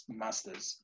masters